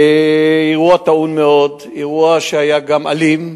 אירוע טעון מאוד, אירוע שהיה גם אלים.